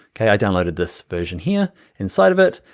okay, i downloaded this version here inside of it.